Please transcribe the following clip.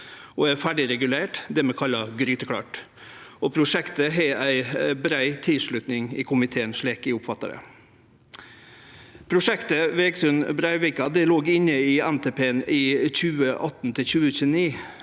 og er ferdig regulert – det vi kallar gryteklart. Prosjektet har ei brei tilslutning i komiteen, slik eg oppfattar det. Prosjektet Vegsund–Breivika låg inne i NTP-en for 2018–2029,